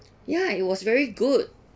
ya it was very good